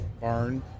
barn